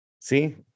See